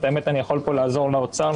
האמת שאני יכול פה לעזור לאוצר,